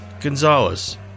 Gonzalez